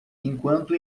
enquanto